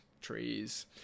trees